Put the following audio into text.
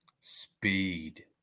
Speed